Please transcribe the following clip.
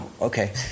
okay